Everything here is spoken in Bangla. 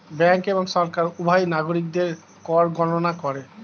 ব্যাঙ্ক এবং সরকার উভয়ই নাগরিকদের কর গণনা করে